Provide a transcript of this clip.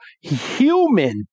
human